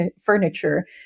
furniture